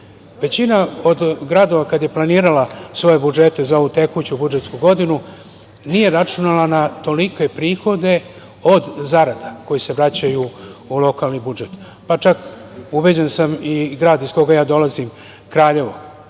punije. Većina od gradova kad je planirala svoje budžete za ovu tekuću budžetsku godinu nije računala na tolike prihode od zarada koje se vraćaju u lokalni budžet, pa čak, ubeđen sam i grad iz koga ja dolazim, Kraljevo,